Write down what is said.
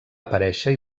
aparèixer